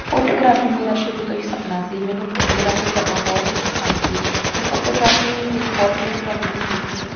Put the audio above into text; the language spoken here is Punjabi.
ਫੋਟੋਗ੍ਰਾਫੀ ਮੇਰਾ ਸ਼ੁਰੂ ਤੋਂ ਹੀ ਸਪਨਾ ਸੀ ਮੈਨੂੰ ਫੋਟੋਗ੍ਰਾਫੀ ਕਰਨਾ ਬਹੁਤ ਹੀ ਪਸੰਦ ਸੀ ਮੈਂ ਫੋਟੋਗ੍ਰਾਫੀ ਵਿੱਚ ਬਹੁਤ ਰੁਚੀ ਰੱਖਦੀ ਹੁੰਦੀ ਸੀ